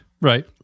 Right